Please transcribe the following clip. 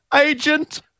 agent